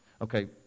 Okay